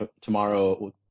tomorrow